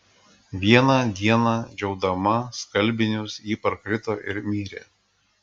vieną dieną džiaudama skalbinius ji parkrito ir mirė